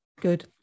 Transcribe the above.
good